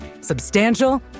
substantial